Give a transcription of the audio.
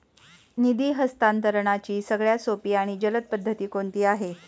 निधी हस्तांतरणाची सगळ्यात सोपी आणि जलद पद्धत कोणती आहे?